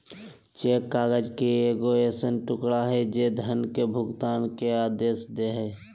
cheque काग़ज़ के एगो ऐसन टुकड़ा हइ जे धन के भुगतान के आदेश दे हइ